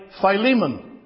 Philemon